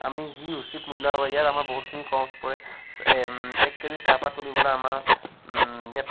আমি যি উচিত মূল্যৰ বাবে ইয়াত আমাৰ বহুতখিনি খৰচ পৰে এক কে জি চাহপাত তুলিবলৈ আমাৰ ইয়াত